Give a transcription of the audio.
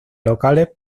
locales